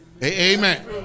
Amen